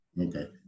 okay